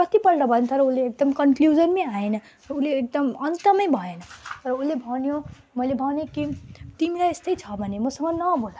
कतिपल्ट भएन तर उसले एकदम कन्क्लुजनमै आएन उसले एकदम अन्तमै भएन र उसले भन्यो मैले भनेँ कि तिमीलाई यस्तै छ भने मसँग नबोल